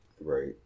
Right